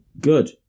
Good